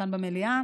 כאן במליאה,